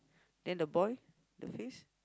then the boy the face